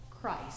Christ